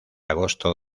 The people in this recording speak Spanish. agosto